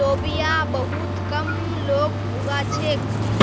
लोबिया बहुत कम लोग उगा छेक